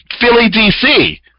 Philly-DC